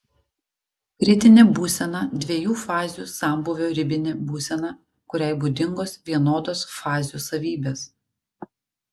kritinė būsena dviejų fazių sambūvio ribinė būsena kuriai būdingos vienodos fazių savybės